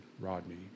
Rodney